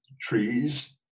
trees